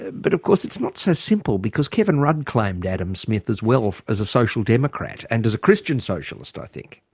ah but of course it's not so simple, because kevin rudd claimed adam smith as well, as a social democrat and as a christian socialist i think.